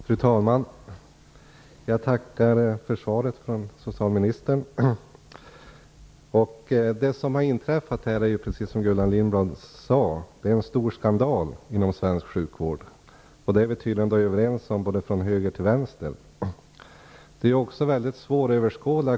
Fru talman! Jag tackar för svaret från socialministern. Det som har inträffat är, precis som Gullan Lindblad sade, en stor skandal inom svensk sjukvård. Det är vi tydligen överens om från höger till vänster. Konsekvenserna av detta är också mycket svåröverskådliga.